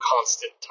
constant